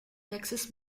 texas